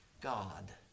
God